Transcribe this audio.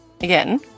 again